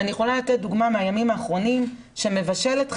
ואני יכולה לתת דוגמה מהימים האחרונים שכאשר מבשלת חלתה,